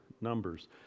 Numbers